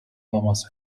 thomas